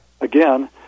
again